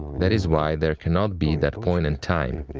that is why there cannot be that point and time.